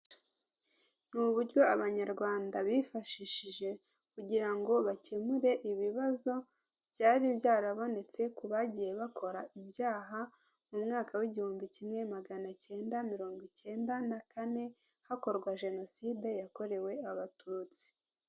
Ni uburyo abanyarwanda bifashishije kugira ngo bakemure ibibazo, byari byarabonetse ku bagiye bakora ibyaha, mu mwaka w igihumbi kimwe magana kenda mirongo ikenda na kane hakorwa jenoside yakorewe abatutsi.